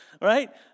right